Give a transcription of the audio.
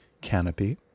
Canopy